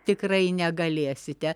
tikrai negalėsite